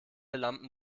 lampen